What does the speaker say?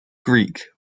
greek